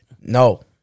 No